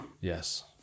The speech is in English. Yes